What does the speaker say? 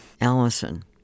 Allison